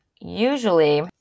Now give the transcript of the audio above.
Usually